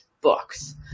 books